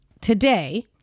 today